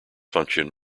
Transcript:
function